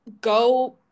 go